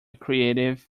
creative